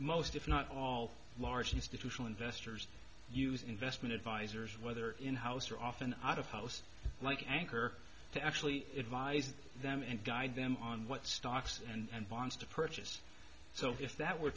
most if not all large institutional investors use investment advisors whether in house or often out of house like an anchor to actually advise them and guide them on what stocks and bonds to purchase so if that were